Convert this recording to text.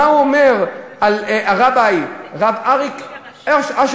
מה הוא אומר על הרביי, רב אריק אשרמן?